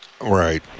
Right